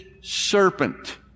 serpent